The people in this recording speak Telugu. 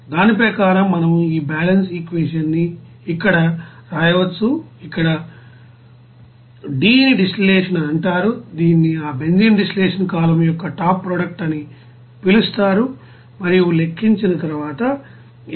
దాని ప్రకారం మనం ఈ బాలన్స్ ఈక్వేషన్ న్ని ఇక్కడ వ్రాయవచ్చు ఇక్కడ D ని డిస్టిల్లషన్ అని అంటారు దీనిని ఆ బెంజీన్ డిస్టిలేషన్ కాలమ్ యొక్క టాప్ ప్రోడక్ట్ అని పిలుస్తారు మరియు లెక్కించిన తరువాత ఇది 193